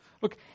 Look